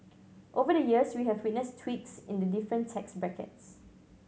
over the years we have witnessed tweaks in the different tax brackets